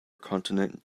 continent